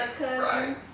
Right